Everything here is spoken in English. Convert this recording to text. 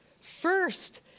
First